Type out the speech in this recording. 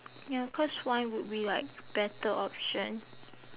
ya cause wine would be like better option